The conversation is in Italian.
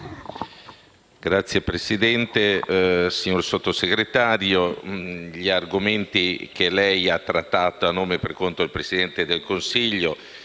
Signor Presidente, signor Sottosegretario, gli argomenti che lei ha trattato a nome e per conto del Presidente del Consiglio